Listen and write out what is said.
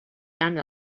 tant